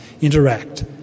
Interact